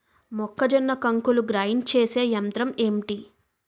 మొక్కజొన్న కంకులు గ్రైండ్ చేసే యంత్రం ఏంటి?